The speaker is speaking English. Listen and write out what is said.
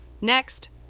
Next